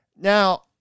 Now